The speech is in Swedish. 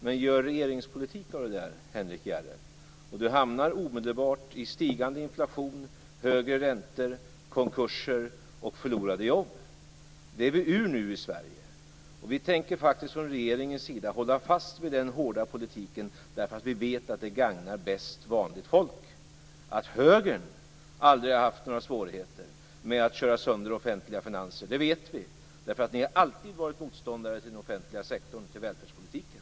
Men gör man regeringspolitik av det, Henrik Järrel, hamnar man omedelbart i stigande inflation, högre räntor, konkurser och förlorade jobb. Det är vi ur nu i Sverige. Vi tänker faktiskt från regeringens sida hålla fast vid den hårda politiken, eftersom vi vet att det bäst gagnar vanligt folk. Att Högern aldrig har haft några svårigheter med att köra sönder offentliga finanser vet vi. Ni har alltid varit motståndare till den offentliga sektorn och välfärdspolitiken.